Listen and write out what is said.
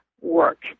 work